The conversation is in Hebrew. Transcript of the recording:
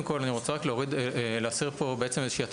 אני רוצה להסיר פה הטעיה,